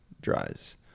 dries